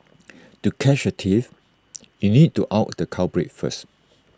to catch A thief you need to out the culprit first